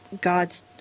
God's